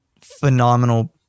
phenomenal